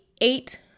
eight